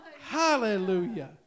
Hallelujah